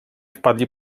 wpadli